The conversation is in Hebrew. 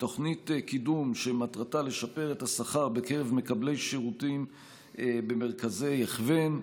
תוכנית קידום שמטרתה לשפר את השכר בקרב מקבלי שירותים במרכזי הכוון,